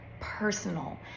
personal